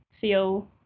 feel